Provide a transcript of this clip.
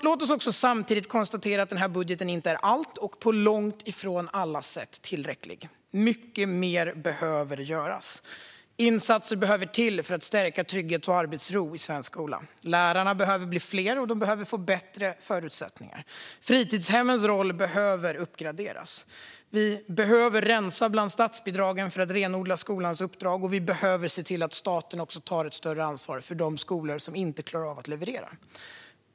Låt oss samtidigt konstatera att den här budgeten inte är allt och långt ifrån tillräcklig. Mycket mer behöver göras. Insatser behövs för att stärka trygghet och arbetsro i svensk skola. Lärarna behöver bli fler och få bättre förutsättningar. Fritidshemmens roll behöver uppgraderas. Vi behöver rensa bland statsbidragen för att renodla skolans uppdrag, och vi behöver se till att staten tar ett större ansvar för de skolor som inte klarar av att leverera.